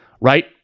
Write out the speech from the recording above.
right